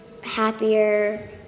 happier